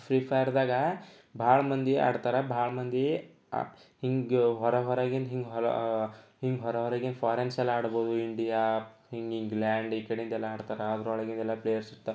free ಫೈರ್ದಾಗೆ ಬಹಳ ಮಂದಿ ಆಡ್ತಾರೆ ಬಹಳ ಮಂದಿ ಹೀಗೆ ಹೊರ ಹೊರಗಿಂದ ಹೀಗೆ ಹೊರ ಹೀಗೆ ಹೊರ ಹೊರಗಿಂದ ಫಾರೀನ್ಸ್ ಎಲ್ಲ ಆಡ್ಬೋದು ಇಂಡಿಯಾ ಇಂಗ್ಲ್ಯಾಂಡ್ ಈ ಕಡೇದೆಲ್ಲ ಆಡ್ತಾರೆ ಅದರೊಳಗಿದೆಲ್ಲ ಪ್ಲೇಯರ್ಸ್ ಇರ್ತ